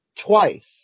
twice